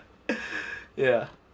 ya